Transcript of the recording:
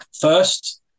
first